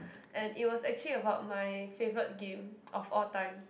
and it was actually about my favourite game of all time